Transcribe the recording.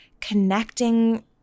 connecting